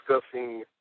discussing